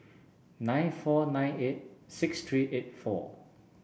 nine four nine eight six three eight four